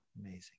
amazing